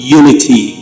unity